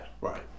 Right